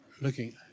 looking